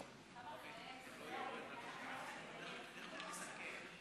דיכטר מסכם.